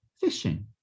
fishing